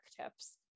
tips